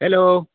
hello